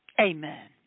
Amen